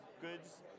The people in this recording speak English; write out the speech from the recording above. goods